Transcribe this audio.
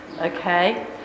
Okay